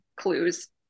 clues